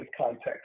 context